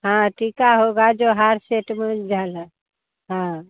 हाँ टीका होगा जो हार सेट में झाला हाँ